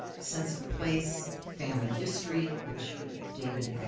sense of place, family history which david